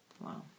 Wow